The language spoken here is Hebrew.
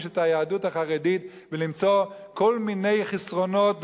את היהדות החרדית ולמצוא כל מיני חסרונות,